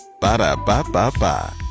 Ba-da-ba-ba-ba